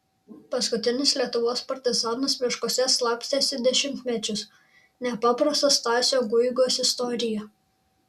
paskutinis lietuvos partizanas miškuose slapstėsi dešimtmečius nepaprasta stasio guigos istorija